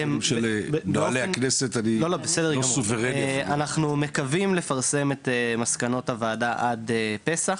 אנחנו מקווים לפרסם את מסקנות הוועדה עד פסח.